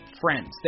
friends